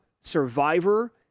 Survivor